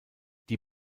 die